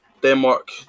Denmark